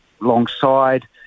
alongside